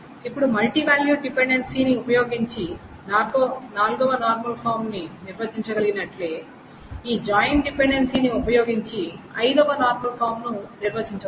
ఇప్పుడు multi valued డిపెండెన్సీని ఉపయోగించి 4వ నార్మల్ ఫామ్ని నిర్వచించగలిగినట్లే ఈ జాయిన్ డిపెండెన్సీని ఉపయోగించి 5వ నార్మల్ ఫామ్ ని నిర్వచించవచ్చు